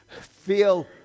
feel